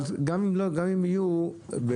גם אם יהיו,